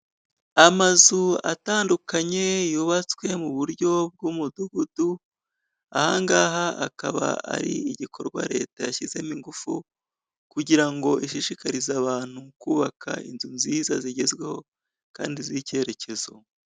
Amazu atandukanye yubatswe mu buryo bw'umudugudu ahangaha akaba ari igikorwa leta yashyizemo ingufu kugira ngo ishishikarize abantu kubaka inzu nziza zigezweho kandi z'icyerekezo.